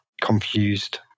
confused